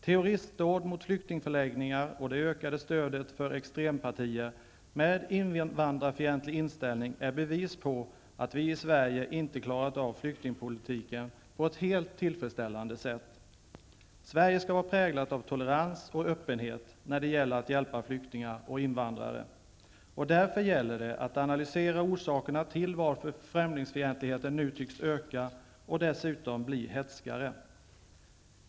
Terroristdåd mot flyktingförläggningar och det ökade stödet för extrempartier med invandrarfientlig inställning är bevis på att vi i Sverige inte klarat av flyktingpolitiken på ett helt tillfredsställande sätt. Sverige skall vara präglat av tolerans och öppenhet när det gäller att hjälpa flyktingar och invandrare. Därför gäller det att analysera orsakerna till att främlingsfientligheten nu tycks öka och dessutom bli hätskare.